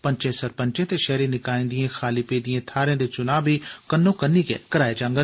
पंचें सरपंचें ते शैहरी निकाएं दिएं खाली पेदी थाहरें दे चुनां बी कन्नो कन्नी गै कराए जांगन